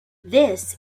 this